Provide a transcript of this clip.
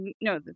no